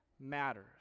matters